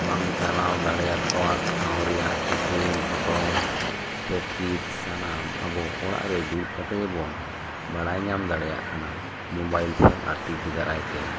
ᱵᱟᱝ ᱪᱟᱞᱟᱣ ᱫᱟᱲᱮᱣᱟᱠᱟᱫ ᱴᱷᱟᱣ ᱨᱮᱭᱟᱜ ᱪᱤᱛᱟᱹᱨ ᱜᱷᱚᱴᱚᱱ ᱯᱨᱚᱠᱤᱛ ᱥᱟᱱᱟᱢ ᱟᱵᱚ ᱚᱲᱟᱜ ᱨᱮ ᱫᱩᱲᱩᱵ ᱠᱟᱛᱮ ᱜᱮᱵᱚᱱ ᱵᱟᱲᱟᱭ ᱧᱟᱢ ᱫᱟᱲᱮᱭᱟᱜ ᱠᱟᱱᱟ ᱢᱳᱵᱟᱭᱤᱞ ᱯᱷᱳᱱ ᱟᱨ ᱴᱤᱵᱤ ᱫᱟᱨᱟᱭᱛᱮ